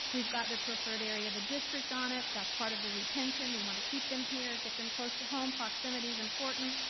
we've got their preferred area of the district on it, that's part of their retention. we wanna keep them here, get them close to home. proximity is important,